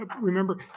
remember